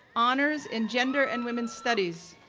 honors in gender and women's studies,